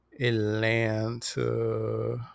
atlanta